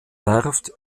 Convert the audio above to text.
werft